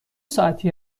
ساعتی